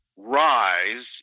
Rise